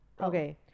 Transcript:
Okay